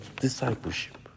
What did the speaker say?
Discipleship